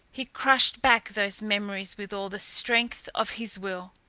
he crushed back those memories with all the strength of his will.